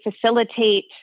facilitate